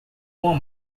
uma